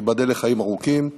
שתיבדל לחיים ארוכים,